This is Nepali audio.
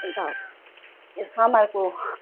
अन्त यो समरको